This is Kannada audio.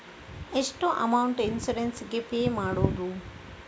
ಎಷ್ಟು ಅಮೌಂಟ್ ಇನ್ಸೂರೆನ್ಸ್ ಗೇ ಪೇ ಮಾಡುವುದು?